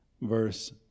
Verse